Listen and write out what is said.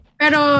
pero